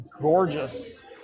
gorgeous